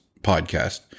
podcast